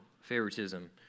favoritism